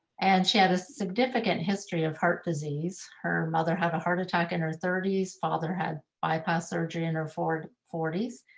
and she had a significant history of heart disease. her mother had a heart attack in her thirties. father had bypass surgery in her forties.